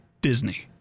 disney